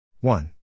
one